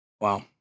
wow